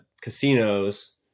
casinos